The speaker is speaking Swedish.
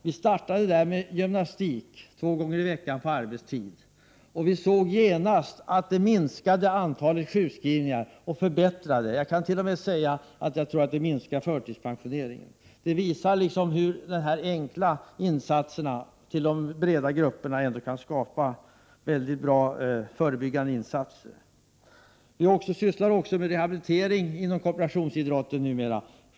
Vi startade gymnastik två gånger i veckan på arbetstid, och vi såg genast att antalet sjukskrivningar minskade. Jag kan t.o.m. säga att jag tror att det minskade förtidspensioneringen. Det visar hur så enkla insatser till de breda grupperna ändå kan skapa mycket bra förebyggande resultat. Jag sysslar numera också med rehabilitering inom korporationsidrotten.